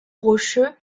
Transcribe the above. rocheux